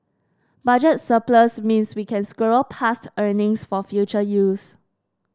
budget surplus means we can squirrel past earnings for future use